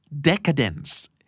Decadence